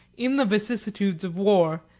in the vicissitudes of war,